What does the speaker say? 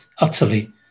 utterly